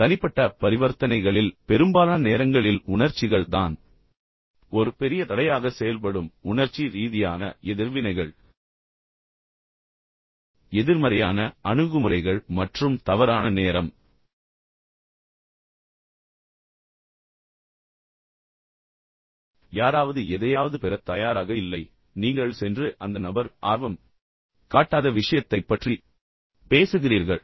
தனிப்பட்ட பரிவர்த்தனைகளில் பெரும்பாலான நேரங்களில் உணர்ச்சிகள் தான் ஒரு பெரிய தடையாக செயல்படும் உணர்ச்சி ரீதியான எதிர்வினைகள் எதிர்மறையான அணுகுமுறைகள் மற்றும் தவறான நேரம் யாராவது எதையாவது பெறத் தயாராக இல்லை பின்னர் நீங்கள் சென்று அந்த நபர் ஆர்வம் காட்டாத விஷயத்தைப் பற்றி பேசுகிறீர்கள்